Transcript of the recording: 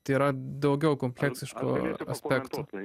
tai yra daugiau kompleksiško aspekto